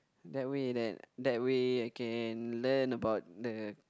that way that that way I can learn about the